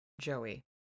Joey